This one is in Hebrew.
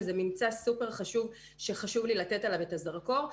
זה ממצא סופר חשוב שחשוב לתת עליו את הזרקור.